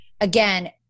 again